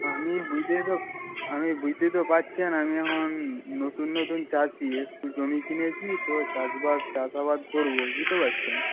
আমি বুঝতেই তো আমি বুঝতেই তো পারছেন আমি এখন নতুন নতুন চাষি এসছি জমি কিনেছি তো চাষবাস চাষাবাদ করব বুঝতে পারছেন